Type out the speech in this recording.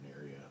area